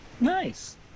Nice